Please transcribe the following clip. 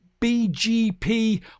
BGP